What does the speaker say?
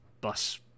bus